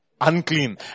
unclean